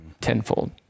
tenfold